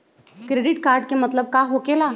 Credit card के मतलब का होकेला?